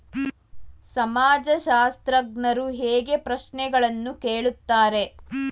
ಸಮಾಜಶಾಸ್ತ್ರಜ್ಞರು ಹೇಗೆ ಪ್ರಶ್ನೆಗಳನ್ನು ಕೇಳುತ್ತಾರೆ?